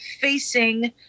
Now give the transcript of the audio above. facing –